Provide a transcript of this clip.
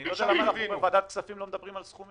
אני לא מבין למה בוועדת הכספים אנחנו לא מדברים על סכומים.